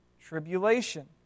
tribulation